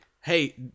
hey